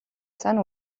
sun